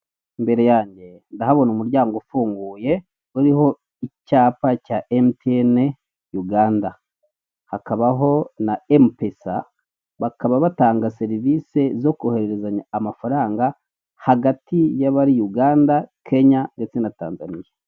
Imbere yange ndahabona umuryango ufunguye uriho icyapa cya mtn Uganda bakabaho na MPS batanga serivise zo kohererezanya amafaranga hagati y'abari Uganda kenya ndetse hakabaho na Tanzaniya.